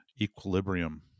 equilibrium